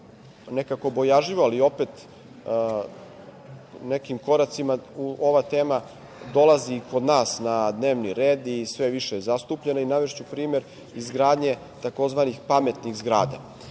nekako bojažljivo, ali opet nekim koracima ova tema dolazi i kod nas na dnevni red i sve više je zastupljena. Navešću primer izgradnje tzv. pametnih zgrada.